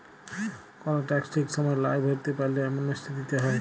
call tax ঠিক সময় লায় ভরতে পারল্যে, অ্যামনেস্টি দিতে হ্যয়